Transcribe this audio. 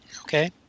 Okay